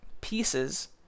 pieces